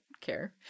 care